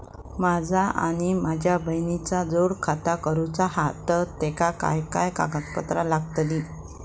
माझा आणि माझ्या बहिणीचा जोड खाता करूचा हा तर तेका काय काय कागदपत्र लागतली?